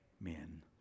men